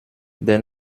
des